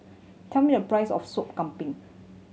tell me the price of Soup Kambing